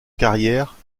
carrière